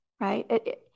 right